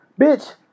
Bitch